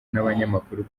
n’abanyamakuru